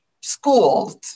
schools